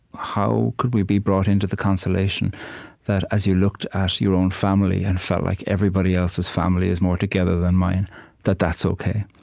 how could we be brought into the consolation that as you looked at your own family and felt like everybody else's family is more together than mine that that's ok?